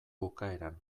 bukaeran